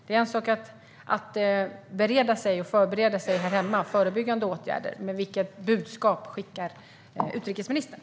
Det är en sak att förbereda sig här hemma genom förebyggande åtgärder, men vilket budskap skickar utrikesministern?